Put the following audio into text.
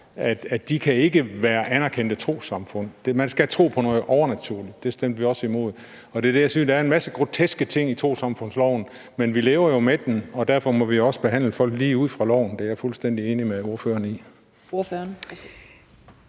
os, ikke kan være anerkendte trossamfund. Man skal tro på noget overnaturligt, og det stemte vi også imod. Det, jeg siger, er, at der er en masse groteske ting i trossamfundsloven, men vi lever jo med den, og derfor må vi også behandle folk lige ud fra loven. Det er jeg fuldstændig enig med ordføreren i.